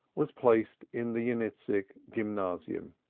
was placed in the yeniseisk gymnasium.